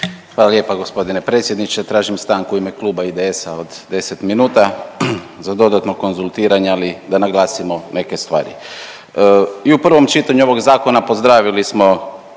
Hvala lijepa gospodine predsjedniče. Tražim stanku u ime kluba IDS-a od 10 minuta za dodatno konzultiranje, ali i da naglasimo neke stvari. I u prvom čitanju ovog zakona pozdravili smo